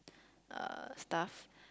uh stuff